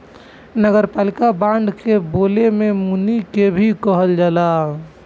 नगरपालिका बांड के बोले में मुनि के भी कहल जाला